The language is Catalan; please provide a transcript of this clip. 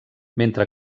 mentre